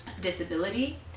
disability